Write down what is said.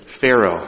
Pharaoh